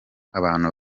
abantu